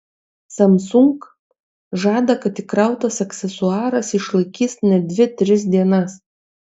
samsung žada kad įkrautas aksesuaras išlaikys net dvi tris dienas